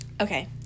okay